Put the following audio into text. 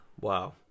Wow